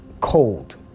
cold